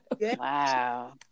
wow